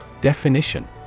Definition